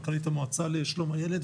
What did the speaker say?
מנכ"לית המועצה לשלום הילד.